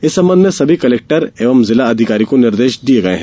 इस संबंध में सभी कलेक्टर एवं जिला अधिकारी को निर्देश जारी कर दिये गये हैं